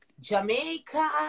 Jamaica